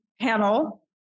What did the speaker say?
panel